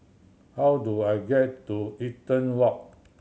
how do I get to Eaton Walk